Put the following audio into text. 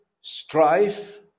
strife